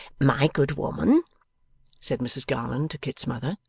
my good woman said mrs garland to kit's mother,